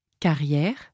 Carrière